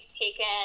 taken